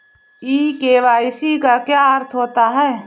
ई KYC का क्या अर्थ होता है?